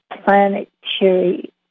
planetary